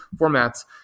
formats